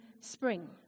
spring